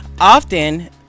Often